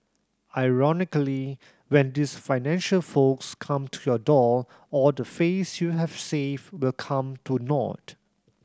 ironically when these financial folks come to your door all the face you have saved will come to naught